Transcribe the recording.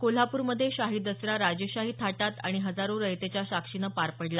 कोल्हापूरमध्ये शाही दसरा राजेशाही थाटात आणि हजारो रयतेच्या साक्षीनं पार पडला